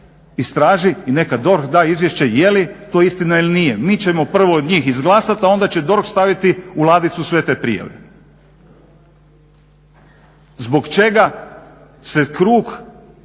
istraži i neka DORH da izvješće je li to istina ili nije. Mi ćemo prvo njih izglasati, a onda će DORH staviti u ladicu sve te prijave. Zbog čega se krug